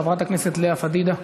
חברת הכנסת לאה פדידה,